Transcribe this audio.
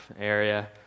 area